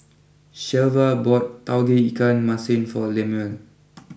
Shelva bought Tauge Ikan Masin for Lemuel